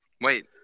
Wait